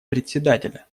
председателя